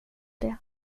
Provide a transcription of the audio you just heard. det